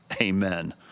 Amen